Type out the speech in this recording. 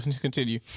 continue